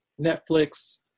Netflix